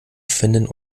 finden